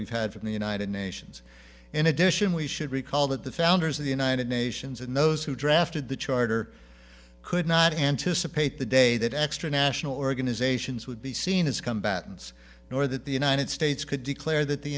we've had from the united nations in addition we should recall that the founders of the united nations and those who drafted the charter could not anticipate the day that extra national organizations would be seen as come battens nor that the united states could declare that the